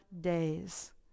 days